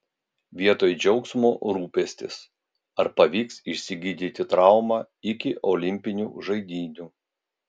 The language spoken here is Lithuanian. vietoj džiaugsmo rūpestis ar pavyks išsigydyti traumą iki olimpinių žaidynių